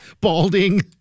Balding